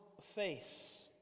face